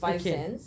okay